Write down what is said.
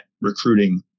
recruiting